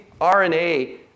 RNA